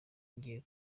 jyewe